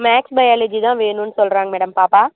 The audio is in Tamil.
மேக்ஸ் பயாலஜி தான் வேணும்னு சொல்கிறாங்க மேடம் பாப்பா